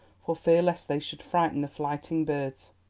for fear lest they should frighten the flighting birds.